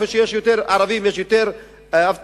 במקום שיש יותר ערבים יש יותר אבטלה,